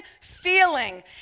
feeling